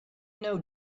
know